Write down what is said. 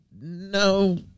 No